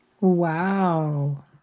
wow